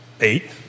Eight